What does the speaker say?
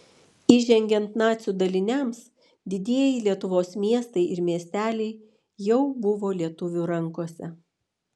įžengiant nacių daliniams didieji lietuvos miestai ir miesteliai jau buvo lietuvių rankose